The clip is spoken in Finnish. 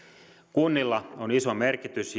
kunnilla on iso merkitys